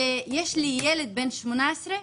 שיש לי ילד בן 18,